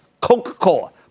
Coca-Cola